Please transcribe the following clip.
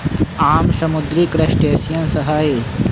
आम समुद्री क्रस्टेशियंस हई